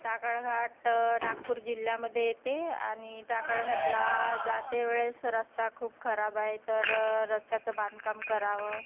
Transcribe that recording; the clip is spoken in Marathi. टाकळघाट नागपूर जिल्ह्यामध्ये येते आणि टाकळघाटला जाते वेळेस रस्ता खूप खराब आहे तर रस्त्याचं बांधकाम करावं